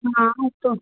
हाँ वह तो